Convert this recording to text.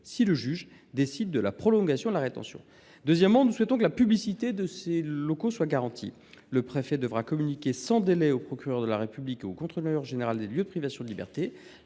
si le juge décide de la prolongation de la rétention. Deuxièmement, nous souhaitons que la publicité de ces locaux soit garantie. Le préfet devra communiquer sans délai au procureur de la République et au Contrôleur général des lieux de privation de liberté